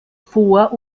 vor